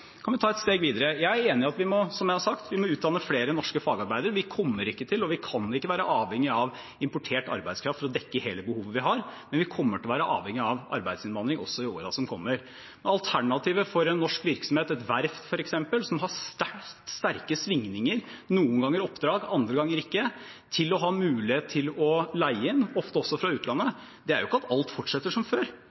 kan vi ta et steg videre: Jeg er enig i at vi, som jeg har sagt, må utdanne flere norske fagarbeidere. Vi kan ikke være avhengig av importert arbeidskraft for å dekke hele behovet vi har, men vi kommer til å være avhengig av arbeidsinnvandring også i årene som kommer. Alternativet for en norsk virksomhet, et verft f.eks., som har sterke svingninger, noen ganger oppdrag, andre ganger ikke, til å ha mulighet for å leie inn, ofte også fra utlandet, er jo ikke at alt fortsetter som før.